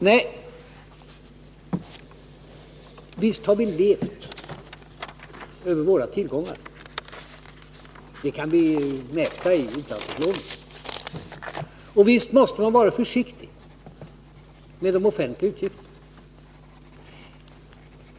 Nej, visst har vi levt över våra tillgångar — det kan vi mäta i utlandsupplåningen — och visst måste man vara försiktig med de offentliga utgifterna.